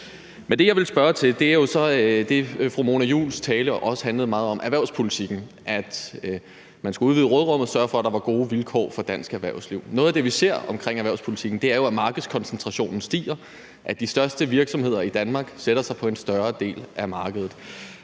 Men det, jeg ville spørge til, er jo så det, fru Mona Juuls tale også handlede meget om, nemlig erhvervspolitikken, altså at man skulle udvide råderummet og sørge for, at der var gode vilkår for dansk erhvervsliv. Noget af det, vi ser omkring erhvervspolitikken, er jo, at markedskoncentrationen stiger, altså at de største virksomheder i Danmark sætter sig på en større del af markedet.